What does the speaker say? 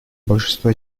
большинство